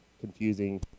confusing